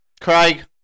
craig